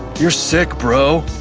you're sick, bro.